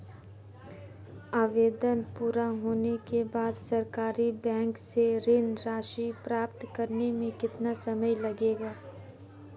आवेदन पूरा होने के बाद सरकारी बैंक से ऋण राशि प्राप्त करने में कितना समय लगेगा?